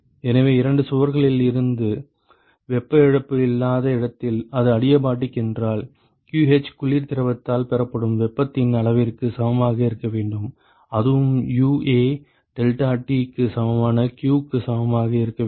எனவே இரண்டு சுவர்களில் இருந்து வெப்ப இழப்பு இல்லாத இடத்தில் அது அடியாபாடிக் என்றால் qh குளிர் திரவத்தால் பெறப்படும் வெப்பத்தின் அளவிற்கு சமமாக இருக்க வேண்டும் அதுவும் UA டெல்டாடி க்கு சமமான q க்கு சமமாக இருக்க வேண்டும்